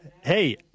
Hey